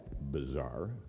bizarre